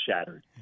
shattered